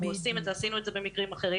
עושים את זה ועשינו את זה גם במקרים אחרים.